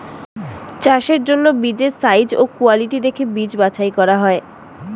চাষের জন্য বীজের সাইজ ও কোয়ালিটি দেখে বীজ বাছাই করা হয়